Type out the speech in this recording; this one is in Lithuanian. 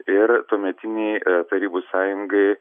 ir tuometinei tarybų sąjungai